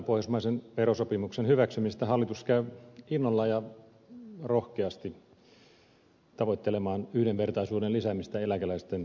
esityksellään pohjoismaisen verosopimuksen hyväksymisestä hallitus käy innolla ja rohkeasti tavoittelemaan yhdenvertaisuuden lisäämistä eläkeläisten verotuksessa